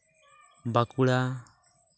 Bankura